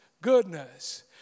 goodness